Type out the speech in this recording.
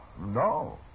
No